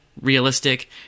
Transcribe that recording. realistic